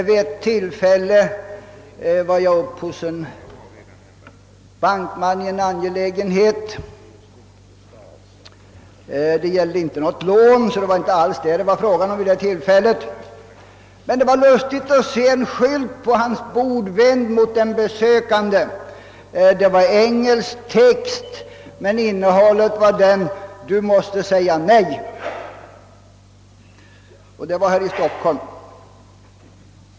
Vid ett tillfälle var jag uppe hos en bankman i en angelägenhet — det gällde inte något lån, så det var inte alls det som det var fråga om — och det var Justigt att se en skylt på hans bord, vänd mot den besökande. Texten var engelsk och löd i översättning: Du måste säga nej! Det var här i Stockholm.